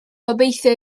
gobeithio